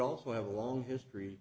also have a long history